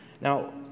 Now